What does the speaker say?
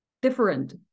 different